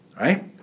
right